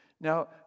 Now